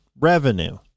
revenue